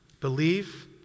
Believe